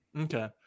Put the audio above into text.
Okay